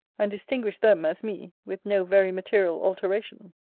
and distinguish them as me, with no very material alteration.